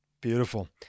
Beautiful